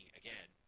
again